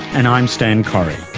and i'm stan correy